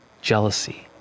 jealousy